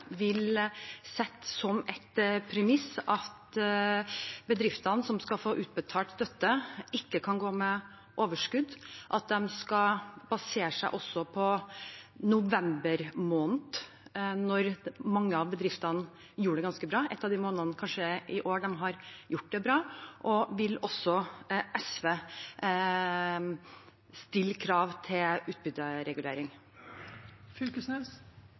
bedriftene som skal få utbetalt støtte, ikke kan gå med overskudd, og at de skal basere seg også på november måned, da mange av bedriftene gjorde det ganske bra? November er jo en av de månedene i år de har gjort det bra. Og vil SV stille krav til utbytteregulering?